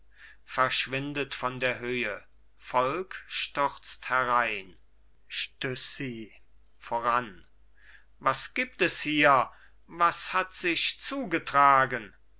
verschwindet von der höhe volk stürzt herein stüssi voran was gibt es hier was hat sich zugetragen